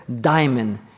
diamond